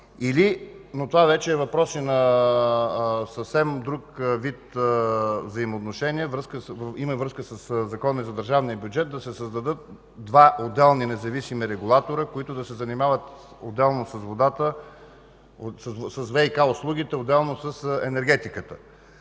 но това вече е въпрос и на съвсем друг вид взаимоотношения и има връзка със Закона за държавния бюджет – да се създадат два отделни независими регулатора, които да се занимават отделно с ВиК услугите, отделно с енергетиката.